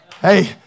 Hey